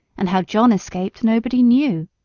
and how john escaped nobody knew.